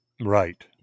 Right